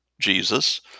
Jesus